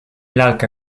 lalkę